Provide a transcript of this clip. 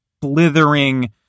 blithering